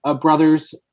brother's